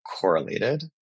correlated